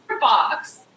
box